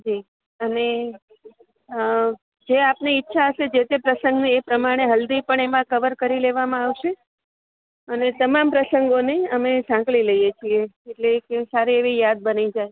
જી અને જે આપને ઈચ્છા હશે જેતે પ્રસંગનું એ પ્રમાણે હલ્દી પણ એમાં કવર કરી લેવામાં આવશે અને તમામ પ્રસંગોને અમે સાંકળી લઇએ છીએ એટલે એક સારી એવી યાદ બની જાય